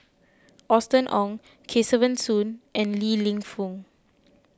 Austen Ong Kesavan Soon and Li Lienfung